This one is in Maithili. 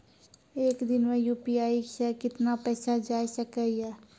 एक दिन मे यु.पी.आई से कितना पैसा जाय सके या?